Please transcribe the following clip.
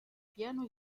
piano